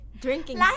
Drinking